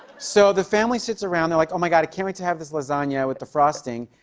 so the family sits around. they're like, oh, my god. i can't wait to have this lasagna with the frosting.